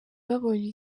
babonye